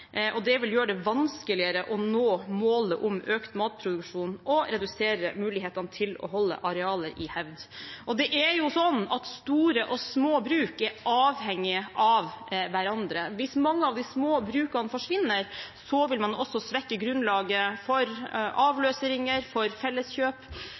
områder. Det vil gjøre det vanskeligere å nå målet om økt matproduksjon og redusere mulighetene til å holde arealet i hevd. Det er jo sånn at store og små bruk er avhengige av hverandre. Hvis mange av de små brukene forsvinner, vil man også svekke grunnlaget for